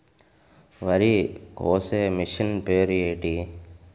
వరి కోసే మిషన్ పేరు ఏంటి